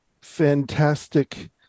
fantastic